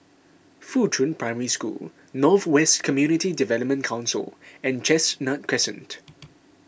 Fuchun Primary School North West Community Development Council and Chestnut Crescent